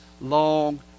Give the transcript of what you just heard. long